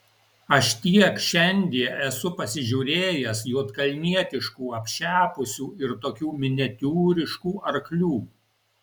aš tiek šiandie esu pasižiūrėjęs juodkalnietiškų apšepusių ir tokių miniatiūriškų arklių